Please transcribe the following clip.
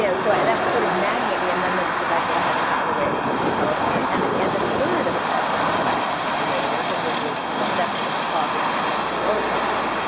you know so, that was sort of nagging at me. and then there was the fact that i hadn't found a way to use the powerpoint. and and a third obsession that i hadn't found a way to work in, which was an obsession with the pauses in rock and roll songs.